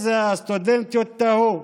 אז הסטודנטיות תהו: